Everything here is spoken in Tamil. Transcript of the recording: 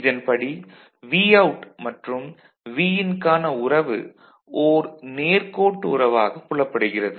இன்படி Vout மற்றும் Vin க்கான உறவு ஒரு நேர்கோட்டு உறவாக புலப்படுகிறது